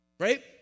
Right